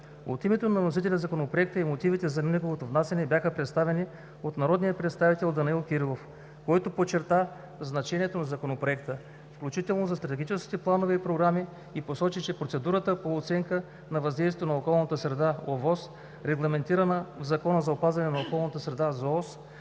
От името на вносителя Законопроектът и мотивите за неговото внасяне бяха представени от народния представител Данаил Кирилов, който подчерта значението на Законопроекта, включително за стратегически планове и програми, и посочи, че процедурата по оценка на въздействието на околната среда (ОВОС), регламентирана в Закона за опазване на околната среда (ЗООС)